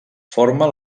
forma